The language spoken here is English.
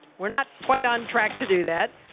we are not quite on track to do that,